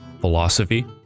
philosophy